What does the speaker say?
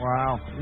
Wow